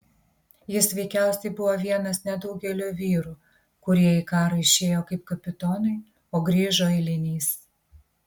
jis veikiausiai buvo vienas nedaugelio vyrų kurie į karą išėjo kaip kapitonai o grįžo eiliniais